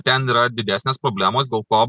ten yra didesnės problemos dėl ko